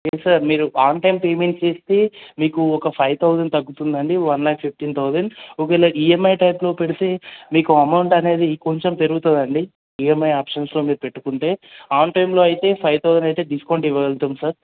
yes sir మీరు on time payment చేస్తే మీకు ఒక ఫైవ్ థౌజండ్ తగ్గుతుందండి వన్ లాక్ ఫిఫ్టీన్ థౌజండ్ ఒకవేళ ఈఎమ్ఐ టైపులో పెడితే మీకు అమౌంట్ అనేది కొంచెం పెరుగుతుందండి ఈఎమ్ఐ ఆప్షన్స్లో మీరు పెట్టుకుంటే ఆన్ టైంలో అయితే ఫైవ్ థౌజండ్ అయితే డిస్కౌంట్ ఇవ్వగలుగుతాం సార్